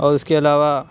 اور اُس کے علاوہ